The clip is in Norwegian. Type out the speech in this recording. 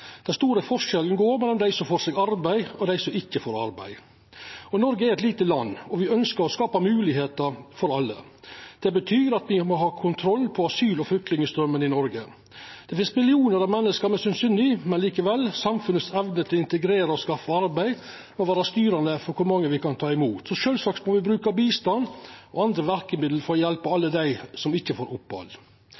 Den store forskjellen går mellom dei som får arbeid, og dei som ikkje får arbeid. Noreg er eit lite land, og me ønskjer å skapa moglegheiter for alle. Det betyr at me må ha kontroll på asyl- og flyktningstraumen til Noreg. Det finst millionar av menneske me synest synd på, men likevel – samfunnets evne til å integrera og skaffa arbeid må vera styrande for kor mange me kan ta imot. Så sjølvsagt må me bruka bistand og andre verkemiddel for å